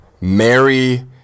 Mary